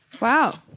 Wow